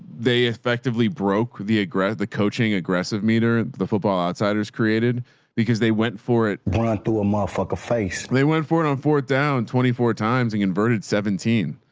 they effectively broke the aggressive, the coaching aggressive meter, the football outsiders created because they went for it to a motherfucker face. they went for it on fourth, down twenty four times and converted seventeen.